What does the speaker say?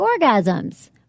orgasms